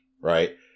right